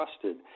trusted